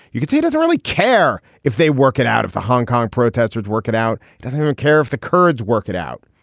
you could say he doesn't really care if they work it out of the hong kong protesters work it out doesn't even care if the kurds work it out.